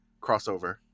crossover